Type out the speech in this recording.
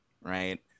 right